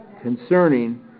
concerning